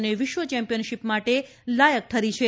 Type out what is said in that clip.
અને વિશ્વ ચેમ્પીયનશીપ માટે લાયક ઠરી છે